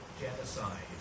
genocide